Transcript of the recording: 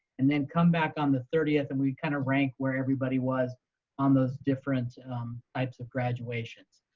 and then come back on the thirtieth and we kind of rank where everybody was on those different types of graduations.